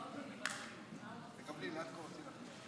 אדוני היושב-ראש וחברי הכנסת, בהתאם לסעיפים 9(א)